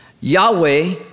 Yahweh